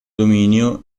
dominio